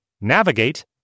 Navigate